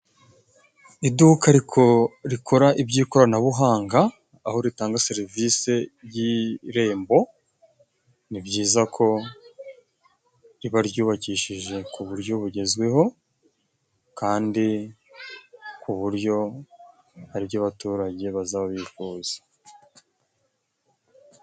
Iduka ariko rikora iby'ikoranabuhanga, aho ritanga serivisi y'irembo, ni byiza ko riba ryubakishije ku buryo bugezweho, kandi ku buryo ariryo abaturage baza bifuza.